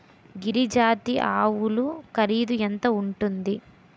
గిరి జాతి ఆవులు ఖరీదు ఎంత ఉంటుంది?